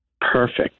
Perfect